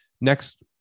next